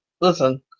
Listen